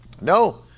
No